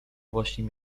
właśnie